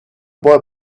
boy